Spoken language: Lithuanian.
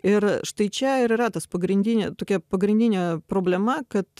ir štai čia ir yra tas pagrindinė tokia pagrindinė problema kad